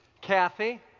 kathy